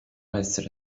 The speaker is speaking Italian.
essere